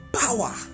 power